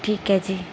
ਠੀਕ ਹੈ ਜੀ